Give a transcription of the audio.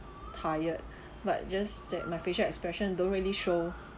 tired but just that my facial expression don't really show